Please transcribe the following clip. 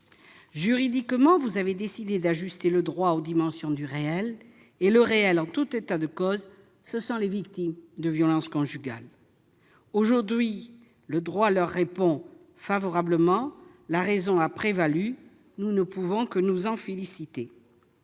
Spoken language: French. Juridiquement, vous avez décidé d'ajuster le droit aux dimensions du réel, et le réel, en tout état de cause, ce sont les victimes de violences conjugales. Aujourd'hui, le droit leur répond, la raison a prévalu. Nous ne pouvons que nous en féliciter,